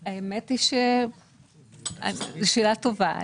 זו שאלה טובה,